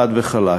חד וחלק.